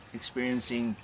experiencing